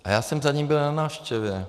A já jsem za ním byl na návštěvě.